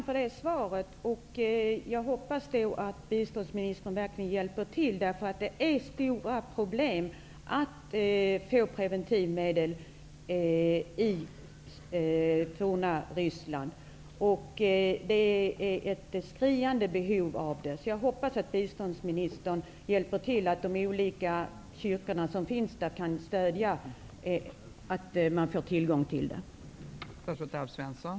Fru talman! Jag är tacksam för det svaret. Det är stora problem med att få fram preventivmedel i Ryssland, och det finns ett skriande behov av sådana. Jag hoppas därför att biståndsministern hjälper de olika kyrkorna där att se till att det finns preventivmedel.